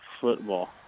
football